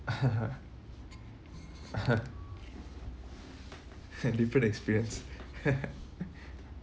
different experience